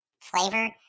flavor